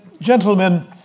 gentlemen